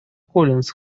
коллинс